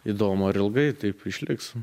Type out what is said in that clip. įdomu ar ilgai taip išliks